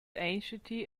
anxiety